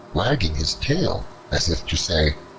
wagging his tail as if to say,